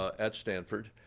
at stanford,